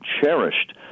cherished